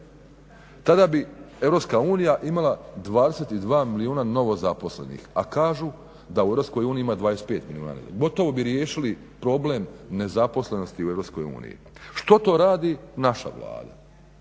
tada bi EU imala 22 milijuna novo zaposlenih a kažu da u EU ima 25 milijuna, gotovo bi riješili problem nezaposlenosti u EU. Što to radi naša Vlada?